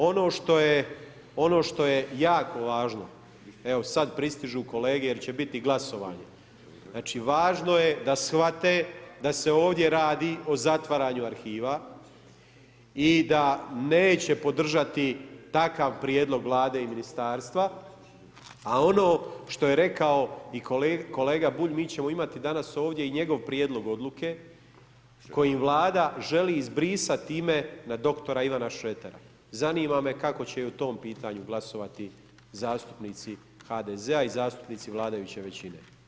Ono što je jako važno, evo sad pristižu kolege jer će biti glasovanje, znači važno je da shvate da se ovdje radi o zatvaranju arhiva i da neće podržati takav prijedlog Vlade i ministarstva, a ono što je rekao i kolega Bulj, mi ćemo imati danas ovdje i njegov prijedlog odluke s kojim Vlada želi izbrisat ime na dr. Ivana Šretera, zanima me kako će o tom pitanju glasovati zastupnici HDZ-a i zastupnici vladajuće većine.